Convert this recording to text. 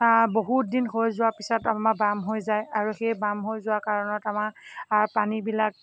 বহুত দিন হৈ যোৱা পিছত অলপমান বাম হৈ যায় আৰু সেই বাম হৈ যোৱাৰ কাৰণত আমাৰ পানীবিলাক